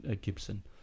Gibson